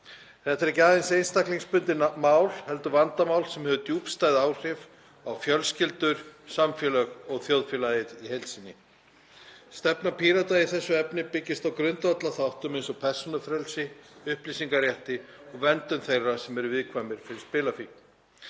Þetta er ekki aðeins einstaklingsbundið mál heldur vandamál sem hefur djúpstæð áhrif á fjölskyldur, samfélög og þjóðfélagið í heild sinni. Stefna Pírata í þessu efni byggist á grundvallarþáttum eins og persónufrelsi, upplýsingarétti og verndun þeirra sem eru viðkvæmir fyrir spilafíkn.